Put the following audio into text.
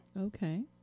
Okay